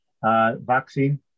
vaccine